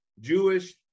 Jewish